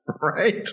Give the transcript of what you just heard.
Right